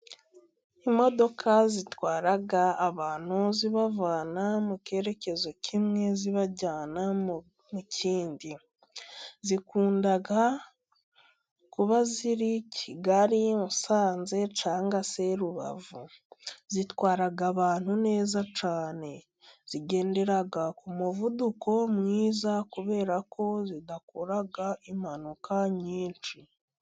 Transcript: Imodoka zitwara abantu zibavana mu cyerekezo kimwe zibajyana mu kindi, zikunda kuba ziri Kigali, Musanze cyangwa se Rubavu, zitwara abantu neza cyane, zigendera ku muvuduko mwiza kubera ko zidakora impanuka nyinshi.